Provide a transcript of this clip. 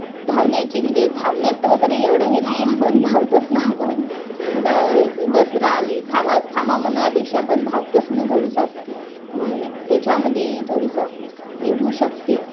धावण्याची म्हणजे धावण्यात वगैरे एवढं हे नाही आपण धावतोच ना आपण कुठं बस राहली थांबा थांबा म्हणापेक्षा आपण धावतोच न थोडंसं मग त्याच्यामध्ये थोडंसं हे होऊ शकतं